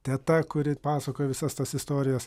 teta kuri pasakojo visas tas istorijas